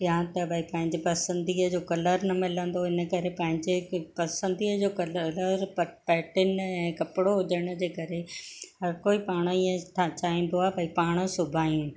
या त भाई पंहिंजे पसंदीअ जो कलरु न मिलंदो हिन करे पंहिंजे पसंदीअ जो कलरु पैटर्न कपिड़ो हुजण जे करे हर कोई पाणई चाहींदो आहे भाई पाणई सुबायूं